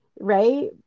right